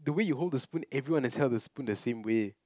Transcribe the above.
the way you hold the spoon everyone has held the spoon the same way